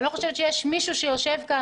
אני לא חושבת שיש מישהו שיושב כאן,